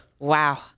Wow